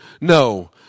No